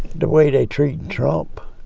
the way they treating trump,